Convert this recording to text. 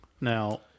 Now